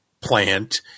plant